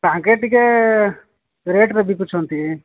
ତାଙ୍କେ ଟିକେ ରେଟ୍ରେ ବିକୁଛନ୍ତି